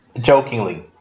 Jokingly